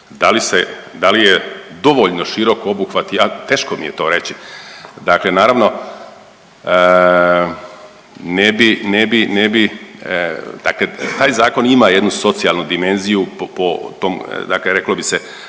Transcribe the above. da li je dovoljno širok obuhvat ja, teško mi je to reći, dakle naravno ne bi, ne bi, ne bi, dakle taj zakon ima jednu socijalnu dimenziju po tom dakle reklo bi se